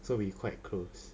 so we quite close